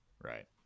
right